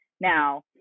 Now